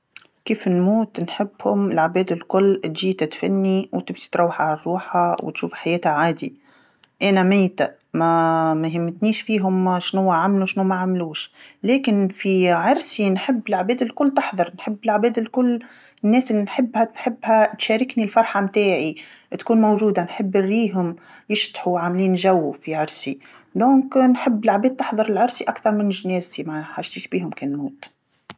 كيف نموت نحبهم العباد الكل تجي تدفني وتمشي تروح على روحها وتشوف حياتها عادي. أنا ميته ما- ما يهمتنيش فيهم شنوا عملوا شنو ما عملوش. لكن في عرسي نحب العباد الكل تحضر نحب العباد الكل. الناس اللي نحبها نحبها تشاركني الفرحه متاعي، تكون موجوده نحب نريهم يشطحوا وعاملين جو في عرسي، إذن نحب العباد تحضر لعرسي أكثر من جنازتي ماحاجتيش بيهم كي نموت.